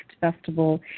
Festival